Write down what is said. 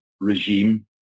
regime